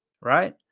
right